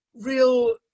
real